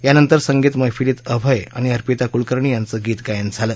यानंतर संगीत मैफलीत अभय आणि अर्पिता कुलकर्णी यांचं गीतगायन झालं